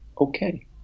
okay